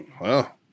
Wow